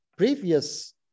Previous